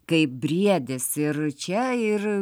kaip briedis ir čia ir